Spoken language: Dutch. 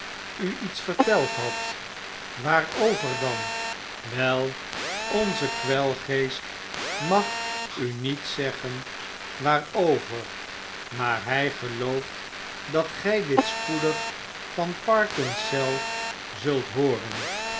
u iets verteld had waarover dan wei onze kwelgeest mag u niet zeggen waarover maar hy gelooft dat gfl dit spoedig van parkins zelf zult hooren